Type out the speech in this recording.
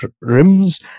rims